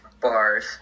bars